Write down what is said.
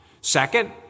Second